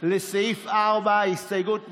על סעיף 4, הסתייגות מס'